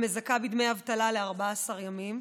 המזכה בדמי אבטלה ל-14 ימים,